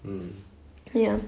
ya